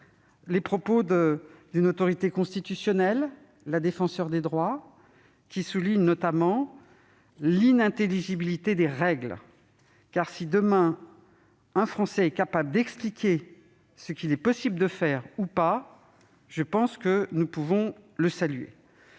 les propos d'une autorité constitutionnelle, la Défenseure des droits, qui souligne notamment l'inintelligibilité des règles. Car, si demain un Français est capable d'expliquer ce qu'il est possible de faire ou pas, nous pourrons alors le saluer.